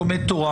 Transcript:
לומד תורה,